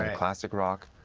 ah classic rock,